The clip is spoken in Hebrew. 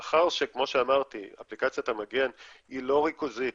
מאחר שכמו שאמרתי אפליקציית המגן היא לא ריכוזית,